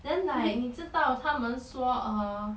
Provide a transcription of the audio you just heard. then like 你知道他们说 uh